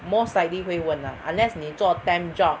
most likely 会问 ah unless 你做 temp job